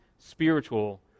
Spiritual